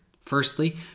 Firstly